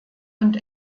und